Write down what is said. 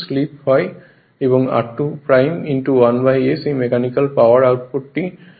r2 1s এই mechanical power output এটি মোট 1 হয়